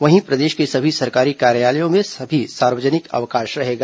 वहीं प्रदेश के सभी सरकारी कार्यालयों में भी सार्यजनिक अवकाश रहेगा